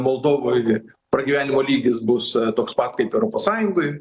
moldovoj pragyvenimo lygis bus toks pat kaip europos sąjungoj